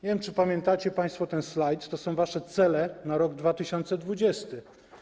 Nie wiem, czy pamiętacie państwo ten slajd: to są wasze cele na rok 2020.